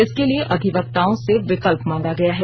इसके लिए अधिवक्ताओं से विकल्प मांगा गया है